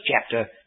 chapter